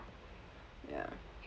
ya